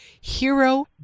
hero